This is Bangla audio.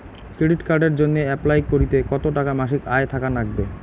ক্রেডিট কার্ডের জইন্যে অ্যাপ্লাই করিতে কতো টাকা মাসিক আয় থাকা নাগবে?